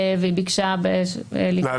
והיא ביקשה להתייחס.